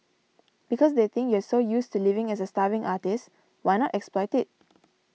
because they think you're used to living as a starving artist why not exploit it